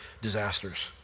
disasters